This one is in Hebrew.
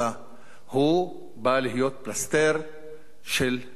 הוא בא להיות פלסטר של המלחמה הבאה.